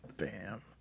Bam